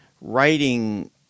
writing